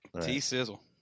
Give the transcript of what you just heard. T-Sizzle